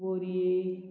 बोरये